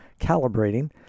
calibrating